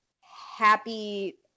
happy